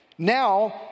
Now